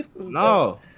No